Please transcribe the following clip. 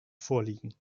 vorliegen